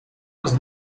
was